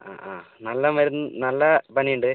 ആ ആ നല്ല മരുന്ന് നല്ല പനി ഉണ്ട്